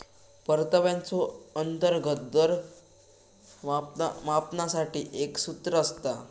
परताव्याचो अंतर्गत दर मापनासाठी एक सूत्र असता